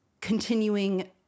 continuing